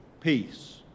peace